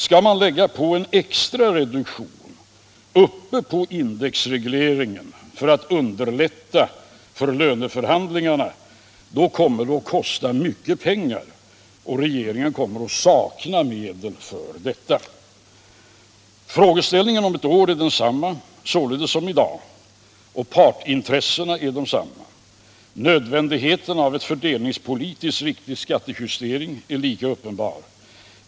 Om man lägger på en extra reduktion uppe på indexregleringen för att underlätta löneförhandlingarna kommer det att kosta mycket pengar — regeringen kommer att sakna medel för detta. Frågeställningen om ett år är således densamma som i dag, och partsintressena är desamma. Nödvändigheten av en fördelningspolitiskt riktig skattejustering är lika uppenbar.